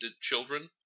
children